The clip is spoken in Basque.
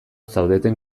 zaudeten